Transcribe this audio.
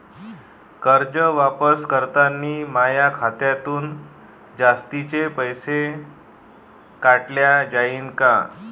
कर्ज वापस करतांनी माया खात्यातून जास्तीचे पैसे काटल्या जाईन का?